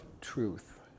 truth